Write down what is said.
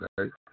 Okay